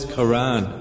Qur'an